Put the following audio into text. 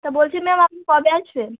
তো বলছি ম্যাম আপনি কবে আসবেন